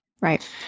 Right